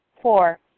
Four